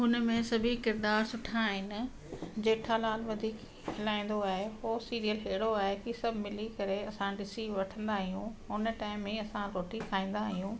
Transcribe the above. हुनमें सभई किरदारु सुठा आहिनि जेठालाल वधीक खिलाईंदो आहे हो सीरियल अहिड़ो आहे की सभु मिली करे असां ॾिसी वठंदा आहियूं हुन टाइम में असां रोटी खाईंदा आहियूं